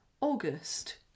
august